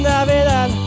Navidad